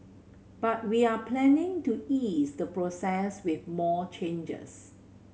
but we are planning to ease the process with more changes